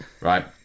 right